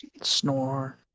snore